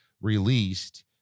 released